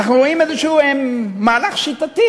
ואנחנו רואים איזשהו מהלך שיטתי